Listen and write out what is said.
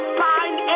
find